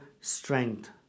strength